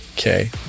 Okay